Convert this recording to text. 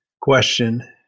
question